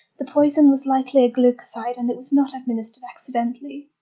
the poison was likely a glucoside and it was not administered accidentally.